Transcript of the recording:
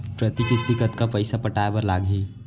प्रति किस्ती कतका पइसा पटाये बर लागही?